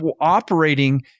operating